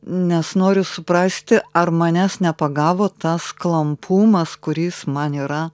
nes noriu suprasti ar manęs nepagavo tas klampumas kuris man yra